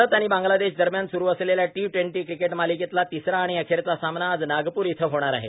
आरत आणि बांग्लादेश दरम्यान सुरू असलेल्या टी ट्वेंटी क्रिकेट मालिकेतला तिसरा आणि अखेरचा सामना आज नागपूर इथं होणार आहे